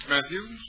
Matthews